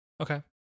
Okay